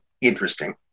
interesting